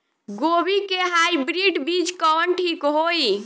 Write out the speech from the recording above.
गोभी के हाईब्रिड बीज कवन ठीक होई?